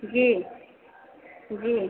जी जी